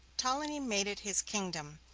ptolemy made it his kingdom,